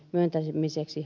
metallimiseksi